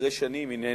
אחרי שנים, הנה